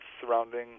surrounding